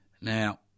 Now